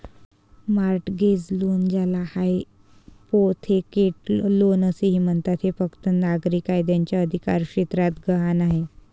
mortgage loan, ज्याला hypothecate loan असेही म्हणतात, हे फक्त नागरी कायद्याच्या अधिकारक्षेत्रात गहाण आहे